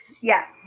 Yes